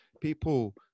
People